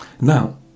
Now